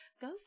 go